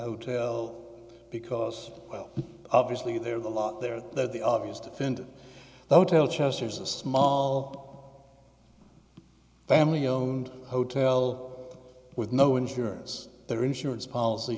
hotel because well obviously there were a lot there that the obvious defend the hotel chester's a small family owned hotel with no insurance their insurance policy